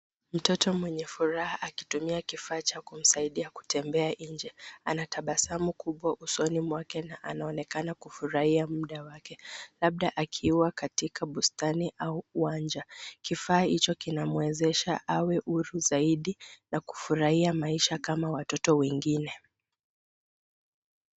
Mtoto mwenye furaha akitumia kifaa cha kumsaidia kutembea nje ana tabasamu kubwa usoni mwake na anaonekana kufurahia muda wake, labda akiwa katika bustani au uwanja. Kifaa hicho kinamwezesha awe huru zaidi na kufurahia maisha kama watoto wengine.